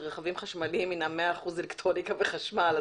שרכבים חשמליים הם מאה אחוזים אלקטרוניקה וחשמל.